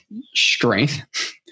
strength